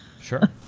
sure